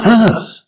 earth